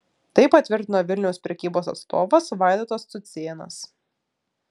tai patvirtino vilniaus prekybos atstovas vaidotas cucėnas